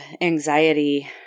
anxiety